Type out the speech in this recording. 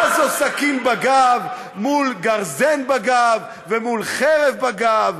אז מה זה סכין בגב מול גרזן בגב ומול חרב בגב?